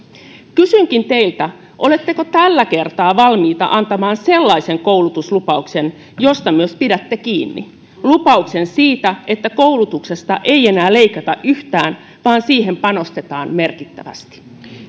kysynkin teiltä oletteko tällä kertaa valmiita antamaan sellaisen koulutuslupauksen josta myös pidätte kiinni lupauksen siitä että koulutuksesta ei enää leikata yhtään vaan siihen panostetaan merkittävästi